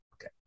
Okay